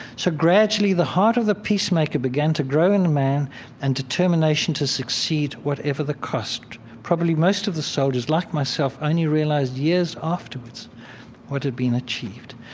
so gradually, the heart of the peacemaker began to grow in the men and determination to succeed, whatever the cost. probably, most of the soldiers, like myself, only realized years afterwards what had been achieved.